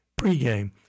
pregame